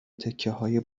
تکههای